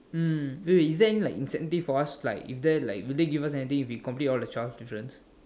mm wait wait is there any like incentive for us like is there like will they give us anything if we complete all the twelve difference